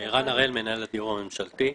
מנהל הדיור הממשלתי.